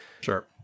Sure